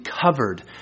covered